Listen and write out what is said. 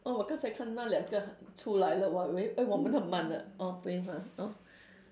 oh 我刚才看那两个出来了我以为 eh 我们很慢呢 orh 对 ha orh